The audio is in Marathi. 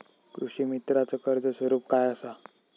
कृषीमित्राच कर्ज स्वरूप काय असा?